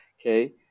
okay